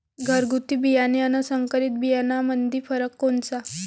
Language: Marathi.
घरगुती बियाणे अन संकरीत बियाणामंदी फरक कोनचा?